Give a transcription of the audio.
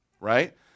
right